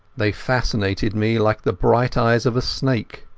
they fascinated me like the bright eyes of a snake.